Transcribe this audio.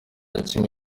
kimwe